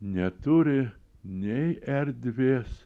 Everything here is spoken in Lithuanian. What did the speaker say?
neturi nei erdvės